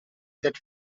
that